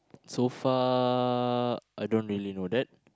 so far I don't really know that